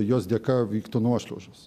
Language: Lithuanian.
jos dėka vyktų nuošliaužos